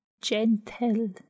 gentle